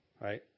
right